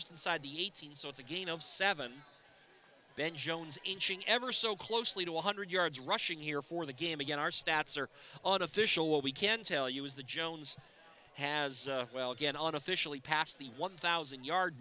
just inside the eighteen so it's a gain of seven ben jones inching ever so closely to one hundred yards rushing here for the game again our stats are unofficial what we can tell you is the jones has well again on officially pass the one thousand yard